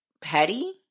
petty